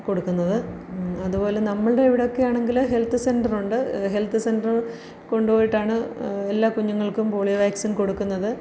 കൊടുക്കുന്നത് അതുപോലെ നമ്മളുടെയിവിടെയൊക്കെ ആണെങ്കില് ഹെൽത്ത് സെന്ററുണ്ട് ഹെൽത്ത് സെന്ററിൽ കൊണ്ടുപോയിട്ടാണ് എല്ലാ കുഞ്ഞുങ്ങൾക്കും പോളിയോ വാക്സിൻ കൊടുക്കുന്നത്